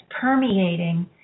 permeating